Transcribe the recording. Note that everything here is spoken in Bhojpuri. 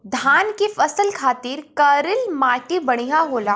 धान के फसल खातिर करील माटी बढ़िया होला